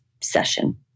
session